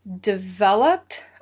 developed